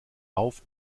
rauf